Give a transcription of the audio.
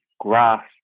Grasp